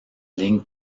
ligne